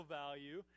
value